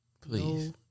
Please